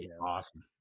awesome